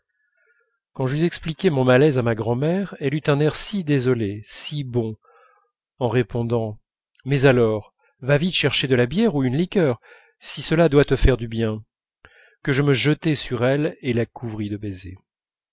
quand j'eus expliqué mon malaise à ma grand'mère elle eut un air si désolé si bon en répondant mais alors va vite chercher de la bière ou une liqueur si cela doit te faire du bien que je me jetai sur elle et la couvris de baisers